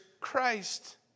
Christ